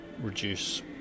reduce